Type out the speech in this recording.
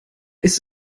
ist